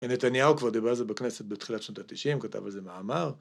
נתניהו כבר דיבר על זה בכנסת בתחילת שנות ה-90, כתב על זה מאמר.